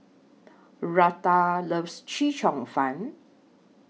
Rutha loves Chee Cheong Fun